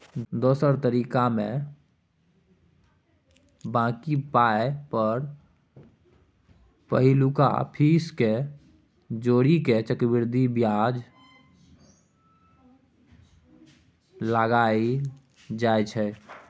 दोसर तरीकामे बॉकी पाइ पर पहिलुका फीस केँ जोड़ि केँ चक्रबृद्धि बियाज लगाएल जाइ छै